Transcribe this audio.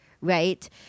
right